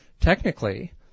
technically